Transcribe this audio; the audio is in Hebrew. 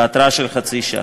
בהתראה של חצי שעה.